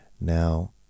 Now